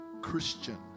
Christian